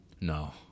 No